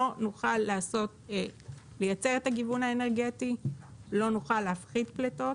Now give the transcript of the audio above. לא נוכל לייצר את הגיוון האנרגטי ולהפחית פליטות